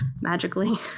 magically